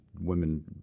women